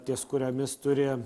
ties kuriomis turi